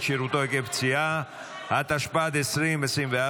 שירותו עקב פציעה בפעילות מבצעית) התשפ"ד 2024,